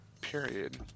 period